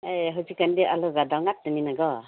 ꯑꯥ ꯍꯧꯖꯤꯛ ꯀꯥꯟꯗꯤ ꯑꯥꯜꯂꯨꯒ ꯗꯥꯜꯉꯥꯛꯇꯅꯤꯅꯦ ꯀꯣ